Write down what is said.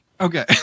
Okay